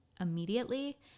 immediately